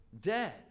dead